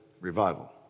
revival